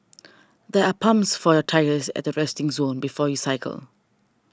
there are pumps for your tyres at the resting zone before you cycle